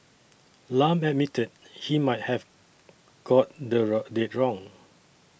Lam admitted he might have got the road date wrong